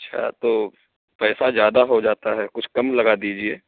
اچھا تو پیسہ زیادہ ہو جاتا ہے کچھ کم لگا دیجیے